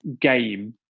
game